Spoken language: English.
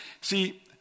See